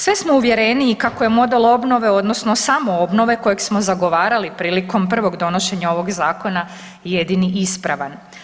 Sve smo uvjereniji kako je model obnove odnosno samoobnove kojeg smo zagovarali prilikom prvog donošenja ovog zakona jedini ispravan.